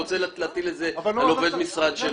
הוא רוצה להטיל את זה על עובד המשרד שלו?